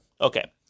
Okay